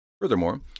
Furthermore